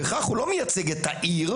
בכך הוא לא מייצג את העיר,